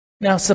Now